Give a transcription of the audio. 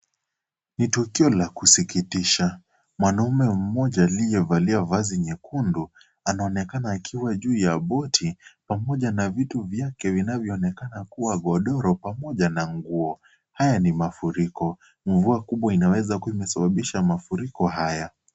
Ni tukio la kusikitisha, mwanaume mmoja aliyevalia vazi nyekundu anaonekana akiwa juu ya boti pamoja na vitu vyake vinavyoonekana kuwa godoro pamoja na nguo. Haya ni mafuriko, mvua kubwa inaweza kuwa imesababisha mafuriko haya.